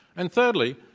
and, thirdly,